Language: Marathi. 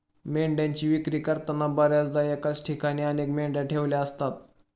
मेंढ्यांची विक्री करताना बर्याचदा एकाच ठिकाणी अनेक मेंढ्या ठेवलेल्या असतात